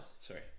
sorry